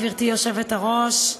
גברתי היושבת-ראש,